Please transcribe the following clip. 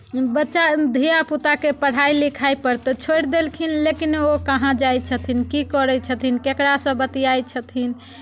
बच्चा धियापुताके पढ़ाइ लिखाइपर तऽ छोड़ि देलखिन लेकिन ओ कहाँ जाइत छथिन की करैत छथिन ककरासँ बतियाइत छथिन